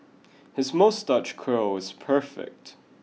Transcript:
his moustache curl is perfect